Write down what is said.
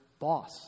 boss